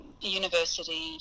university